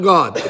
God